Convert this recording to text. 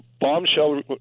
bombshell